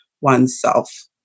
oneself